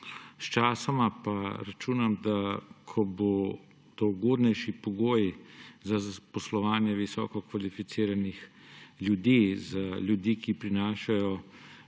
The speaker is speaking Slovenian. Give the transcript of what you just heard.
Sčasoma pa računam, da ko bodo ugodnejši pogoji za zaposlovanje visoko kvalificiranih ljudi, ljudi, ki prinašajo